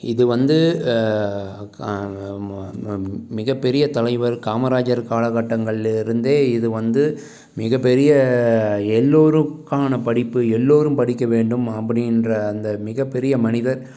இது வந்து மிகப்பெரிய தலைவர் காமராஜர் காலக்கட்டங்கள்லயிருந்தே இது வந்து மிகப்பெரிய எல்லோருக்கான படிப்பு எல்லோரும் படிக்க வேண்டும் அப்படின்ற அந்த மிகப்பெரிய மனிதர்